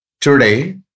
Today